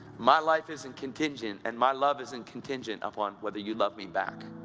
my life isn't contingent, and my love isn't contingent upon whether you love me back.